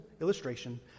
illustration